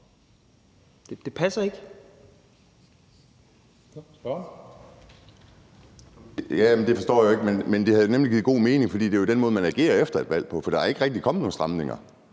Andersen (DD): Det forstår jeg jo ikke, men det havde nemlig givet god mening, for det er jo den måde, man agerer på efter et valg, for der er ikke rigtig kommet nogen stramninger.